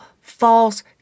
false